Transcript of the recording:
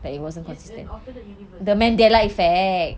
it's an alternate universe